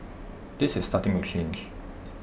this is starting to change